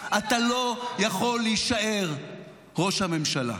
אתה לא יכול להישאר ראש הממשלה.